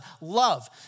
love